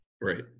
Right